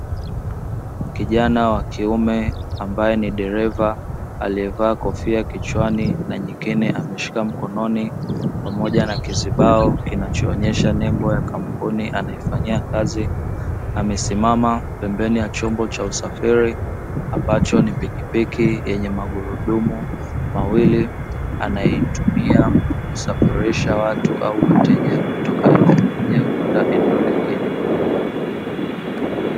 Kijana wa kiume ambaye ni dereva aliyevaa kofia kichwani na nyingine ameshika mkononi pamoja na kizibao kinachoonyesha nembo ya kampuni anayofanyia kazi, amesimama pembeni ya chombo cha usafiri ambacho ni pikipiki yenye magurudumu mawili anayeitumia kusafirisha watu au wateja kutoka eneo moja kwenda eneo lingine.